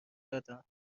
دادم